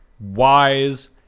Wise